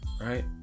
right